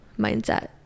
mindset